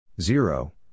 Zero